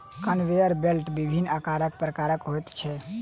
conveyor belt विभिन्न आकार प्रकारक होइत छै